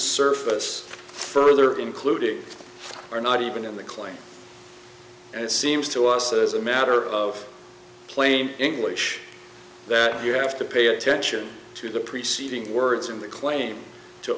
surface further included are not even in the claim and it seems to us as a matter of claim english that you have to pay attention to the preceding words in the claim to